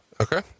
Okay